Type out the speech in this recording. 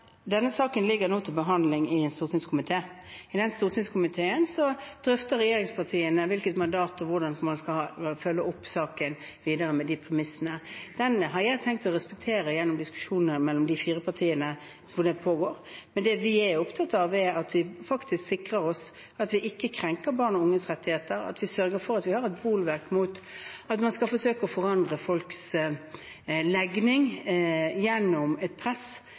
Denne saken ligger nå til behandling i en stortingskomité. I den stortingskomiteen drøfter regjeringspartiene hvilket mandat man har, og hvordan man skal følge opp saken videre med de premissene. Det har jeg tenkt å respektere gjennom diskusjoner mellom de fire partiene, når det pågår. Men det vi er opptatt av, er at vi sikrer at vi ikke krenker barn og unges rettigheter, og at vi sørger for å ha et bolverk mot at man skal forsøke å forandre folks legning gjennom et press